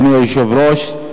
אדוני היושב-ראש,